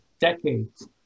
decades